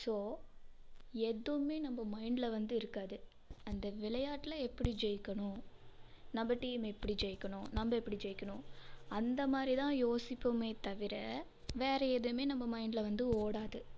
so எதுவுமே நம்ப மைண்டில் வந்து இருக்காது அந்த விளையாட்டில் எப்படி ஜெயிக்கணும் நம்ப டீம் எப்படி ஜெயிக்கணும் நம்ப எப்படி ஜெயிக்கணும் அந்த மாதிரி தான் யோசிப்போமே தவிர வேறு எதுவுமே நம்ப மைண்டில் வந்து ஓடாது